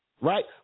Right